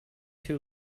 two